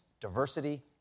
diversity